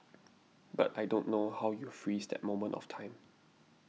but I don't know how you freeze that moment of time